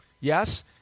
Yes